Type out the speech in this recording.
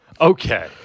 Okay